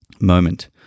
moment